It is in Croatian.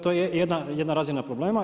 To je jedna razina problema.